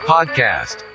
Podcast